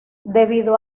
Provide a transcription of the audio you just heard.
debido